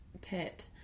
Pit